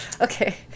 Okay